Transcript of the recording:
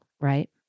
right